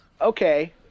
okay